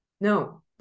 No